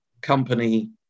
company